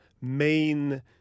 main